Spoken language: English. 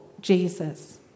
Jesus